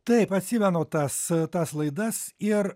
taip atsimenu tas tas laidas ir